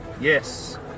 Yes